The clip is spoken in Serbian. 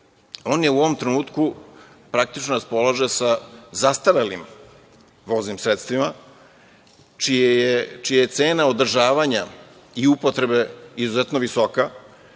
on u ovom trenutku praktično raspolaže sa zastarelim voznim sredstvima, čija je cena održavanja i upotrebe izuzetno visoka,